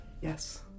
Yes